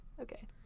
Okay